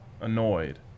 annoyed